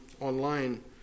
online